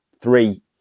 three